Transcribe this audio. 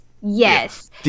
Yes